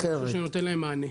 משהו שנותן להם מענה.